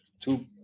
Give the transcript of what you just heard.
two